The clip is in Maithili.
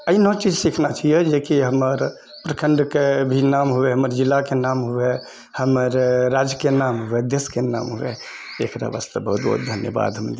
अहिना चीज सीखना चाही जेकि हमर प्रखण्डके भी नाम होए हमर जिलाके नाम होए हमर राजके नाम होए देशके नाम होए एकरा वास्ते बहुत बहुत धन्यवाद हम